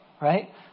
Right